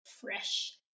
fresh